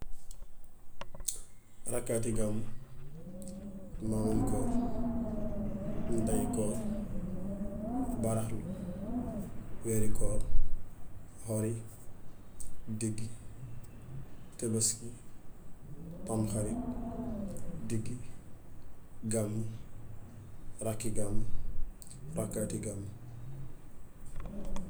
Rakkaati gàmmu, maamu koor, ndayi koor, baraxlu, weeri koor, hori, diggi, tëbëski, tamxarit, diggi, gàmmu, rakki gàmmu, rakkaati gàmmu.